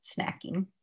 snacking